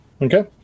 Okay